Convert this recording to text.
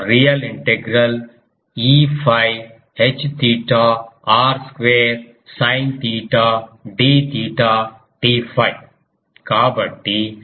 12 real integral Eφ Hθ r square sin theta d theta d 𝛟